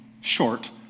short